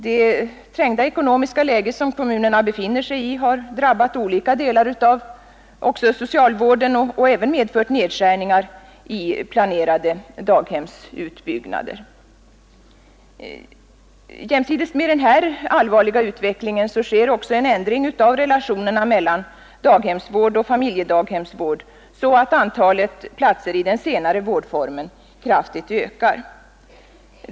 Det trängda ekonomiska läge som kommunerna befinner sig i har drabbat också olika delar av socialvården och även medfört nedskärningar av planerade daghemsutbyggnader. Jämsides med denna allvarliga utveckling sker en ändring av relationerna mellan daghemsvård och familjedaghemsvård så att antalet platser i den senare vårdformen kraftigt ökar.